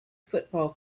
football